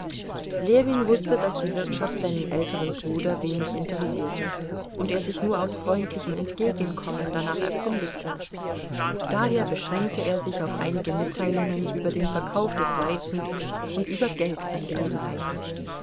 ljewin wußte daß die wirtschaft seinen älteren bruder wenig interessierte und er sich nur aus freundlichem entgegenkommen danach erkundigte daher beschränkte er sich auf einige mitteilungen über den verkauf des weizens und über